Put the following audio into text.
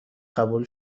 قبول